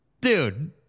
dude